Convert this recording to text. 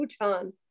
bhutan